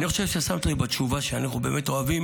אני חושב ששמת לב בתשובה שאנחנו באמת אוהבים